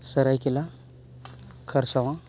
ᱥᱚᱨᱟᱭᱠᱮᱞᱟ ᱠᱷᱟᱨᱥᱚᱶᱟ